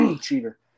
cheater